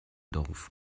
dorf